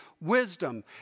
wisdom